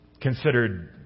considered